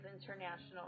International